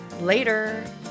Later